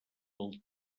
del